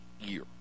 year